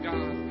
God